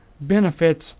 benefits